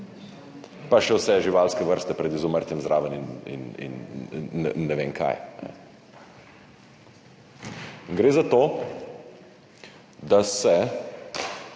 pa še vse živalske vrste pred izumrtjem zraven in ne vem, kaj. Gre za to, da se